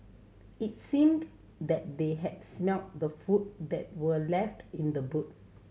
it seemed that they had smelt the food that were left in the boot